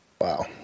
Wow